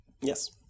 Yes